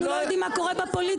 אנחנו לא יודעים מה קורה בפוליטיקה.